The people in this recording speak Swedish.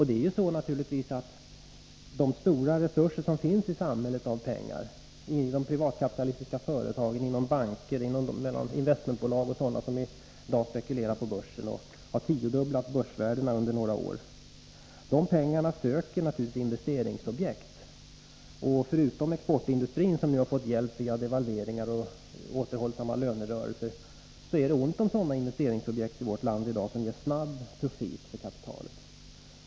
De stora penningresurser som finns i samhället — inom de privatkapitalistiska företagen, inom banker, inom investmentbolag och hos dem som i dag spekulerar på börsen och som fått sina börsvärden tiodubblade på några år — söker sig naturligtvis till investeringsobjekt. Förutom exportindustrin, som nu har fått hjälp via devalveringar och återhållsamma lönerörelser, är det i dag ont om investeringsobjekt i vårt land som ger snabb profit för kapitalet.